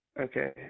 Okay